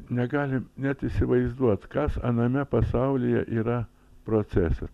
negali net įsivaizduot kas aname pasaulyje yra procesas